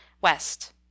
west